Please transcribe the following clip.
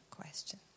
question